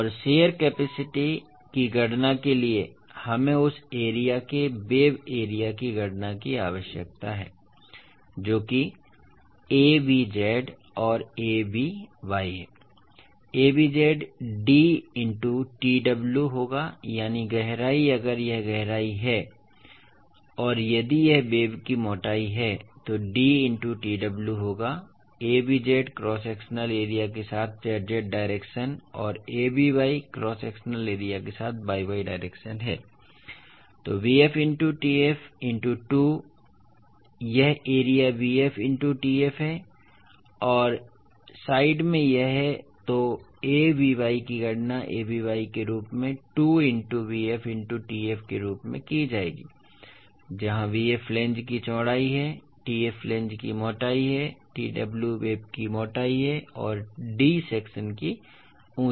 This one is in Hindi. और शियर कैपेसिटी की गणना के लिए हमें उस एरिया के वेब एरिया की गणना करने की आवश्यकता है जो कि Avz और Avy है Avz D इनटू tw होगा यानी गहराई अगर यह गहराई है और यदि यह वेब की मोटाई है तो D इनटू tw होगा Avz क्रॉस सेक्शनल एरिया के साथ z z डायरेक्शन और Avy क्रॉस सेक्शनल एरिया के साथ y y डायरेक्शन है जो bf इनटू tf इनटू 2 है यह एरिया bf इनटू tf है और 2 साइड में यह है इसलिए Avy की गणना Avy के रूप में 2 इनटू bf इनटू tf के रूप में की जाएगी जहां bf फ्लैंज की चौड़ाई है tf फ्लैंज की मोटाई है tw वेब की मोटाई है और D सेक्शन की ऊंचाई है